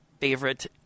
favorite